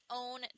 own